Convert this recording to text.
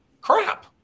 Crap